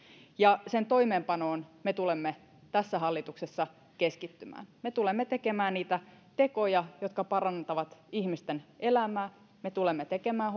ja sen toimeenpanoon me tulemme tässä hallituksessa keskittymään me tulemme tekemään niitä tekoja jotka parantavat ihmisten elämää me tulemme tekemään